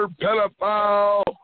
pedophile